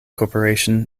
corporation